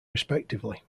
respectively